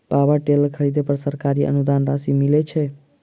Power tiller खरीदे पर सरकारी अनुदान राशि मिलय छैय?